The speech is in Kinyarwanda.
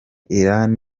iran